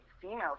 female